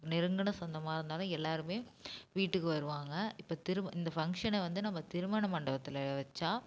நெருங்கின சொந்தமாக இருந்தாலும் எல்லோருமே வீட்டுக்கு வருவாங்க இப்போ திரும் இந்த ஃபங்க்ஷனை வந்து நம்ம திருமண மண்டபத்தில் வச்சா